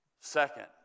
second